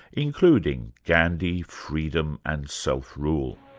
including gandhi, freedom and self-rule.